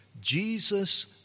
Jesus